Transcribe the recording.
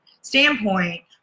standpoint